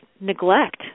neglect